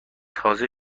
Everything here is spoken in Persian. تازه